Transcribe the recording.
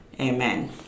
Amen